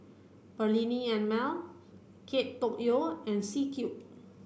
Perllini and Mel Kate Tokyo and C Cube